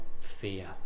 fear